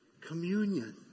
communion